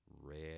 red